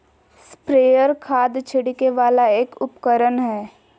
sprayer खाद छिड़के वाला एक उपकरण हय